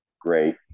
great